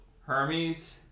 Hermes